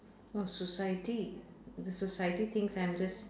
oh society the society thinks I'm just